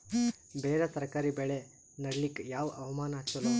ಬೇರ ತರಕಾರಿ ಬೆಳೆ ನಡಿಲಿಕ ಯಾವ ಹವಾಮಾನ ಚಲೋ?